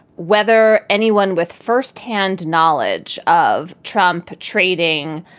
whether anyone with firsthand knowledge of trump trading,